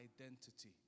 identity